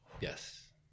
Yes